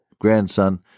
grandson